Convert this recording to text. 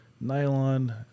nylon